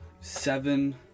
Seven